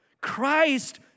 Christ